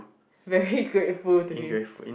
very grateful to him